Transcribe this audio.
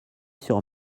sur